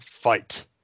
fight